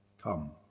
Come